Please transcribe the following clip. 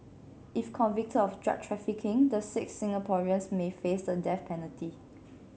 if convicted of drug trafficking the six Singaporeans may face the death penalty